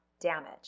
damage